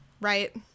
right